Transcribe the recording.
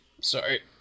Sorry